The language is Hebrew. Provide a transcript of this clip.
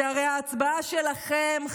כי הרי ההצבעה שלכם,